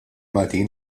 maltin